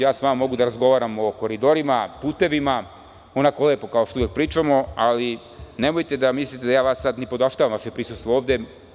Ja sa vama mogu da razgovaram o koridorima, putevima, onako lepo kao što i uvek pričamo, ali nemojte da mislite da ja sada nipodaštavam vaše prisustvo ovde.